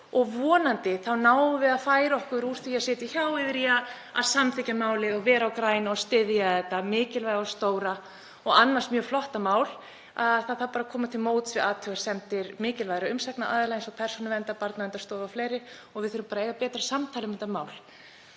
og vonandi náum við að færa okkur úr því að sitja hjá yfir í að samþykkja málið og vera á grænu og styðja þetta mikilvæga og stóra og annars mjög flotta mál. Það þarf bara að koma til móts við athugasemdir mikilvægra umsagnaraðila eins og Persónuverndar, Barnaverndarstofu og fleiri og við þurfum að eiga betra samtal um þetta mál.